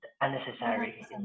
unnecessary